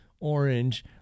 orange